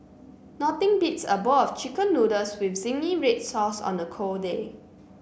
nothing beats a bowl of chicken noodles with zingy red sauce on a cold day